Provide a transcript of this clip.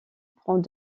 prend